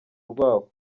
rwabo